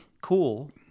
cool